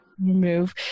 Move